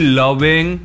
loving